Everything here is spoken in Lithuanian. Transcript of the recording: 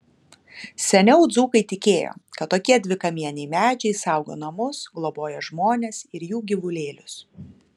seniau dzūkai tikėjo kad tokie dvikamieniai medžiai saugo namus globoja žmones ir jų gyvulėlius